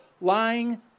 lying